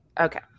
Okay